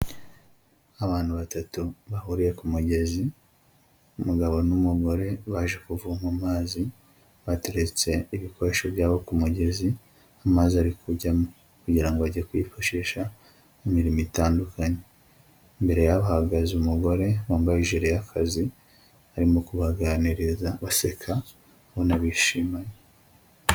Abantu batatu bahuriye ku mugezi, umugabo n'umugore baje kuvoma amazi bateretse ibikoresho byabo ku mugezi amazi ari kujyamo kugira ngo bajye kuyifashisha mu mirimo itandukanye, imbere yabo hahagaze umugore wambaye ijire y'akazi arimo kubaganiriza baseka ubona bishimanye.